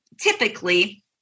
typically